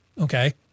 Okay